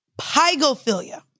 pygophilia